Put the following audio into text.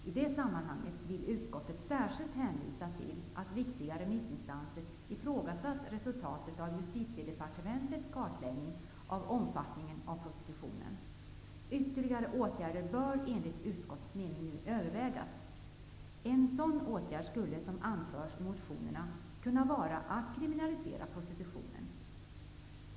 I det sammanhanget vill utskottet särskilt hänvisa till att viktiga remissinstanser ifrågasatt resultatet av Justitiedepartementets kartläggning av omfattningen av prostitutionen. Ytterligare åtgärder bör enligt utskottets mening nu övervägas. En sådan åtgärd skulle, som anförs i motionerna, kunna vara att kriminalisera prostitutionen.